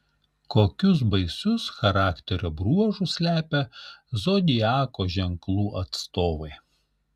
kokius baisius charakterio bruožus slepia zodiako ženklų atstovai